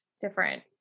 different